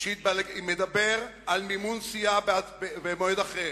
שמדברים על מימון סיעה במועד אחר,